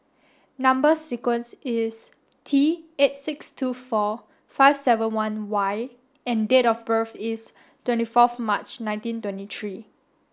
number sequence is T eight six two four five seven one Y and date of birth is twenty fourth March nineteen twenty three